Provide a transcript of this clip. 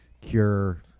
cure